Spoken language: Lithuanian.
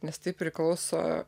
nes tai priklauso